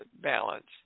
balance